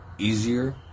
Easier